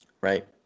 Right